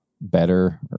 better